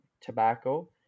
tobacco